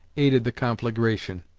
aided the conflagration.